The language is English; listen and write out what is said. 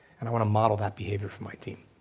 and i want to model that behavior for my team.